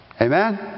Amen